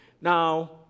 Now